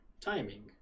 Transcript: timing